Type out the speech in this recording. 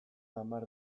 hamar